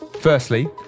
Firstly